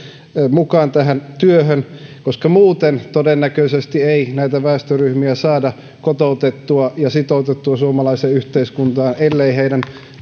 mukaan tähän työhön koska muuten todennäköisesti ei näitä väestöryhmiä saada kotoutettua ja sitoutettua suomalaiseen yhteiskuntaan elleivät heidän